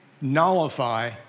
nullify